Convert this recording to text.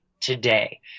today